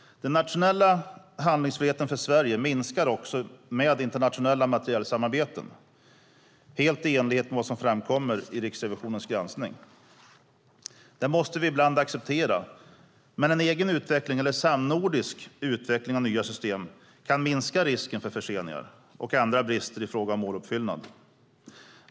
Den nationella handlingsfriheten för Sverige minskar också med internationella materielsamarbeten, helt i enlighet med vad som framkommer i Riksrevisionens granskning. Det måste vi ibland acceptera. Men en egen eller samnordisk utveckling av nya system kan minska risken för förseningar och andra brister i fråga om måluppfyllnad.